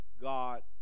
God